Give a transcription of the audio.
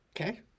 Okay